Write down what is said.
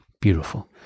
beautiful